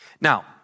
Now